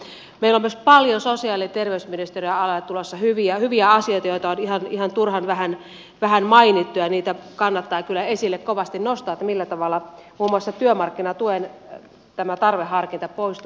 meillä on myös paljon sosiaali ja terveysministeriön alalle tulossa hyviä asioita joita on ihan turhan vähän mainittu ja niitä kannattaa kyllä esille kovasti nostaa millä tavalla muun muassa työmarkkinatuen tarveharkinta poistuu